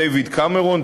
דייוויד קמרון,